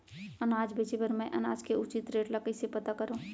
अनाज बेचे बर मैं अनाज के उचित रेट ल कइसे पता करो?